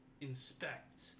inspect